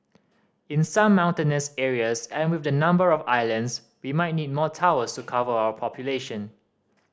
in some mountainous areas and with the number of islands we might need more towers to cover our population